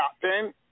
captain